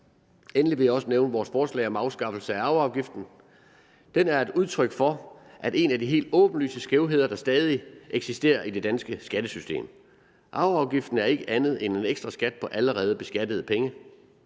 Endelig vil jeg også nævne vores forslag om afskaffelse af arveafgiften. Den er et udtryk for en af de helt åbenlyse skævheder, der stadig eksisterer i det danske skattesystem. Arveafgiften er ikke andet end en ekstraskat på allerede beskattede penge.